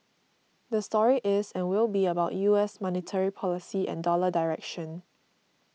the story is and will be about U S monetary policy and dollar direction